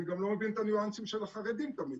אני גם לא מבין את הניואנסים של החרדים תמיד.